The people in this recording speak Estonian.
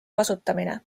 kasutamine